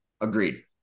agreed